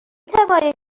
توانید